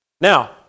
Now